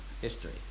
history